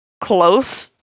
close